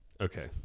Okay